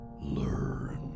Learn